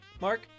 Mark